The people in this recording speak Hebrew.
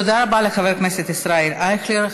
תודה רבה לחבר הכנסת ישראל אייכלר.